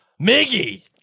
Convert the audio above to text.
Miggy